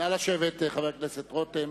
נא לשבת, חבר הכנסת רותם.